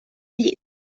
llit